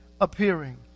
appearing